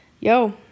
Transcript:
Yo